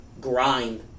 grind